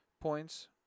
points